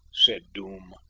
said doom,